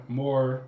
more